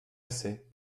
assez